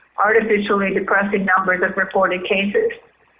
artificially depressing numbers of reported cases.